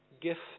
gift